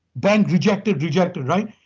bank rejected, rejected, right?